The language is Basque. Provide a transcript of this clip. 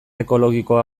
ekologikoa